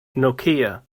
nokia